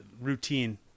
routine